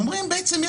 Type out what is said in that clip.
ואומרים: בעצם,